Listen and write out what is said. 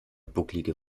bucklige